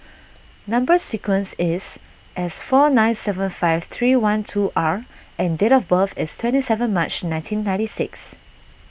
Number Sequence is S four nine seven five three one two R and date of birth is twenty seven March nineteen ninety six